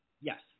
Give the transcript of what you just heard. Yes